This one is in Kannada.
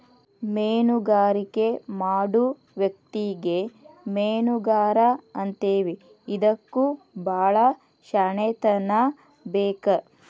ಮೇನುಗಾರಿಕೆ ಮಾಡು ವ್ಯಕ್ತಿಗೆ ಮೇನುಗಾರಾ ಅಂತೇವಿ ಇದಕ್ಕು ಬಾಳ ಶ್ಯಾಣೆತನಾ ಬೇಕ